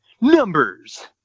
Numbers